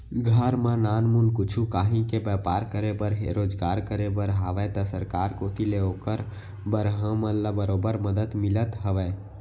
घर म नानमुन कुछु काहीं के बैपार करे बर हे रोजगार करे बर हावय त सरकार कोती ले ओकर बर हमन ल बरोबर मदद मिलत हवय